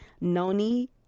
Noni